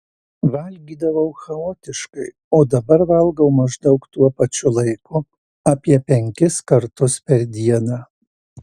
valgydavau chaotiškai o dabar valgau maždaug tuo pačiu laiku apie penkis kartus per dieną